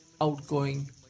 outgoing